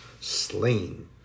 slain